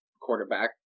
quarterback